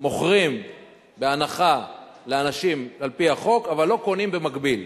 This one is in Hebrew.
מוכרים בהנחה לאנשים, על-פי החוק,